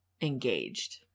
engaged